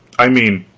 i mean,